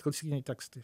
klasikiniai tekstai